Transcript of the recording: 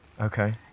Okay